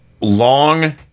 long